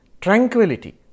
Tranquility